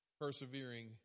persevering